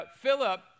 Philip